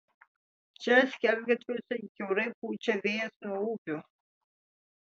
čia skersgatviuose kiaurai pučia vėjas nuo upių